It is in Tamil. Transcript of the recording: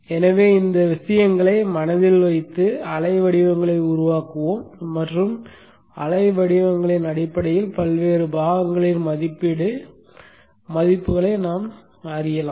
எனவே இந்த விஷயங்களை மனதில் வைத்து அலைவடிவங்களை உருவாக்குவோம் மற்றும் அலைவடிவங்களின் அடிப்படையில் பல்வேறு பாகங்களின் மதிப்பீடு மதிப்புகளை நாம் படிக்கலாம்